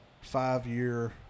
five-year